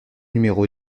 numéro